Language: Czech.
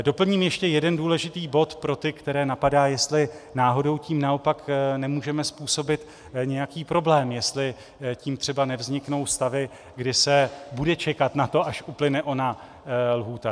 Doplním ještě jeden důležitý bod pro ty, které napadá, jestli náhodou tím naopak nemůžeme způsobit nějaký problém, jestli tím třeba nevzniknou stavy, kdy se bude čekat na to, až uplyne ona lhůta.